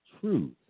truth